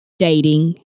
dating